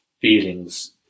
feelings